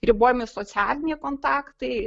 ribojami socialiniai kontaktai